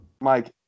Mike